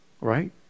Right